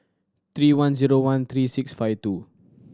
three one zero one three six five two